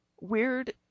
weird